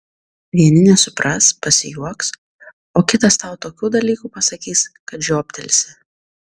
vieni nesupras pasijuoks o kitas tau tokių dalykų pasakys kad žioptelsi